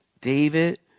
David